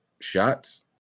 shots